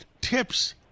tips